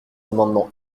amendements